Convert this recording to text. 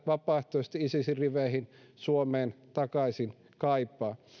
vapaaehtoisesti isisin riveihin suomeen takaisin kaipaa